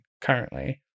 currently